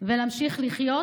ולהמשיך לחיות,